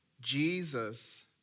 Jesus